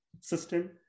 system